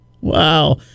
Wow